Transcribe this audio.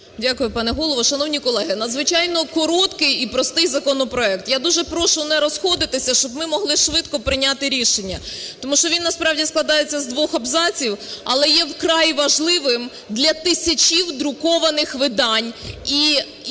Дякую, пане Голово. Шановні колеги, надзвичайно короткий і простий законопроект. Я дуже прошу не розходитися, щоб ми могли швидко прийняти рішення, тому що він насправді складається з двох абзаців, але є вкрай важливим для тисяч друкованих видань і в